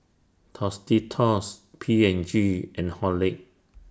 Tostitos P and G and Horlicks